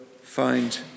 find